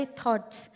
thoughts